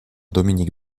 dominique